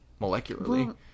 molecularly